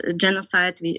genocide